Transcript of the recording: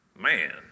man